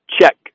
check